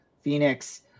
Phoenix